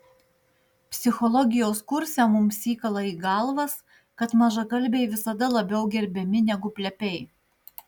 psichologijos kurse mums įkala į galvas kad mažakalbiai visada labiau gerbiami negu plepiai